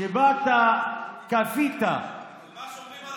שבה את כפית, שבה שומרים על החוק.